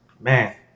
man